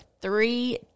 three